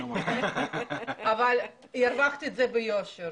אבל הרווחתי את זה ביושר.